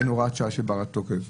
אין הוראת שעה שהיא ברת תוקף.